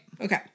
Okay